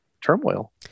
turmoil